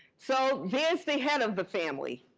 so there's the head of the family,